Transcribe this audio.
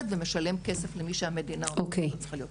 ומשלם כסף למי שהמדינה אומרת שהיא לא צריכה להיות פה".